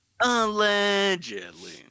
Allegedly